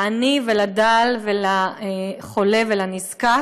לעני ולדל ולחולה ולנזקק.